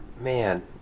man